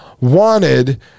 wanted